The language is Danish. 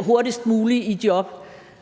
hurtigst muligt i job.